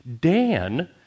Dan